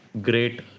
great